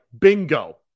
bingo